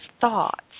thoughts